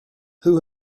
who